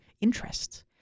interests